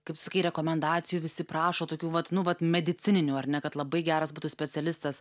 kaip sakei rekomendacijų visi prašo tokių vat nu vat medicininių ar ne kad labai geras būtų specialistas